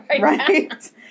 Right